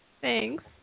Thanks